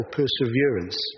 perseverance